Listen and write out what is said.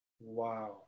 wow